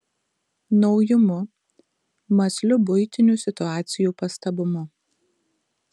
naujumu mąsliu buitinių situacijų pastabumu